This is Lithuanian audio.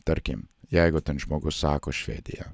tarkim jeigu ten žmogus sako švedija